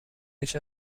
each